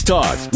Talk